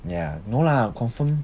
ya no lah confirm